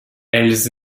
elles